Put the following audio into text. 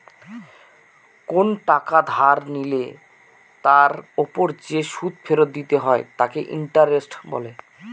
কোন টাকা ধার নিলে তার ওপর যে সুদ ফেরত দিতে হয় তাকে ইন্টারেস্ট বলে